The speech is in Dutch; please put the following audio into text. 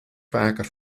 vaker